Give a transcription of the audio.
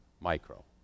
micro